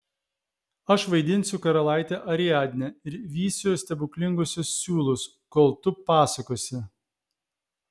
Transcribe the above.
aš vaidinsiu karalaitę ariadnę ir vysiu stebuklinguosius siūlus kol tu pasakosi